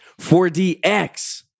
4DX